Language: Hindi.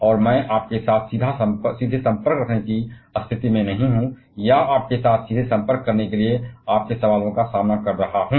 और मैं आपके साथ सीधे संपर्क रखने की स्थिति में नहीं हूं या आपके साथ सीधे संपर्क करने के लिए आपके सवालों का सामना कर रहा हूं